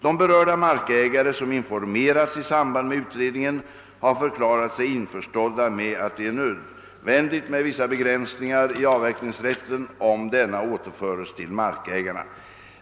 De berörda markägare, som informerats i samband med utredningen, har förklarat sig införstådda med att det är nödvändigt med vissa begränsningar i avverkningsrätten om denna återföres till markägarna.